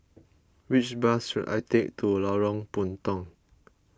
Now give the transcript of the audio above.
which bus should I take to Lorong Puntong